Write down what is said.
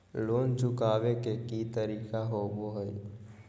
Loan चुकाबे के की तरीका होबो हइ?